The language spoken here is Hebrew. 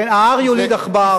כן, ההר יוליד עכבר.